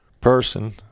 person